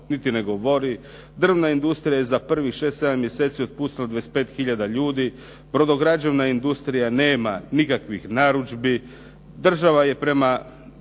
niti ne govori, drvna industrija je za prvih šest, sedam mjeseci otpustila 25 hiljada ljudi, brodograđevna industrija nema nikakvih narudžbi, država je prema